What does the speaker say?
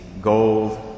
gold